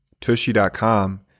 Tushy.com